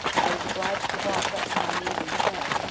i was obliged to walk up to my knees in snow,